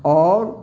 आओर